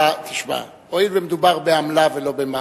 הואיל ומדובר בעמלה ולא במס,